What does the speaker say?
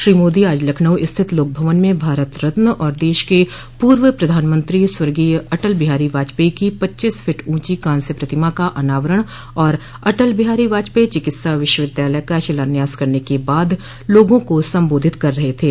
श्री मोदी आज लखनऊ स्थित लोक भवन में भारत रत्न और देश के पूर्व प्रधानमंत्री स्वर्गीय अटल बिहारी वाजपेयी की पच्चीस फिट ऊँची कांस्य प्रतिमा का अनावरण और अटल बिहारी वाजपेयी चिकित्सा विश्वविद्यालय का शिलान्यास करने के बाद लोगों को सम्बोधित कर रहे थे